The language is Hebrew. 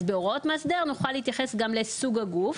אז בהוראות מאסדר נוכל להתייחס גם לסוג הגוף.